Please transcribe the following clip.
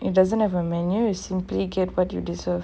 it doesn't have a menu it's simply get what you deserve